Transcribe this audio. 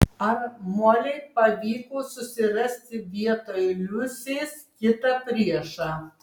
ar molei pavyko susirasti vietoj liusės kitą priešą